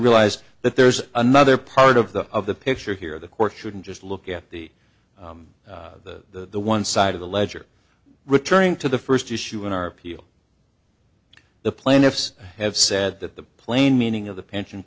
realize that there's another part of the of the picture here the court shouldn't just look at the the one side of the ledger returning to the first issue in our appeal the plaintiffs have said that the plain meaning of the pension